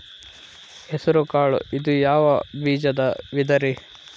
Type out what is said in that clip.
ಹೆಸರುಕಾಳು ಇದು ಯಾವ ಬೇಜದ ವಿಧರಿ?